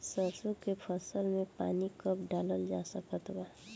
सरसों के फसल में पानी कब डालल जा सकत बा?